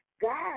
God